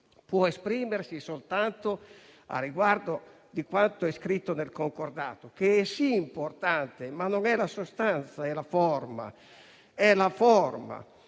può esprimersi soltanto al riguardo di quello è scritto nel Concordato, che è importante, ma non è la sostanza, bensì la forma.